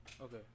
okay